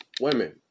Women